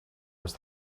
was